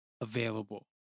available